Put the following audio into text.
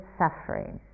suffering